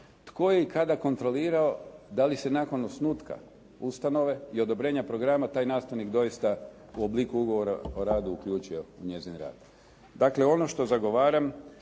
Tko je i kada kontrolirao da se nakon osnutka ustanove i odobrenja programa taj nastavnik doista u obliku ugovora o radu uključio njezin rad? Dakle, ono što zagovaram